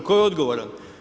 Tko je odgovoran?